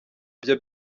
byo